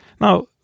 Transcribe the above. Now